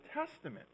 Testament